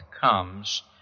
comes